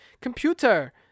computer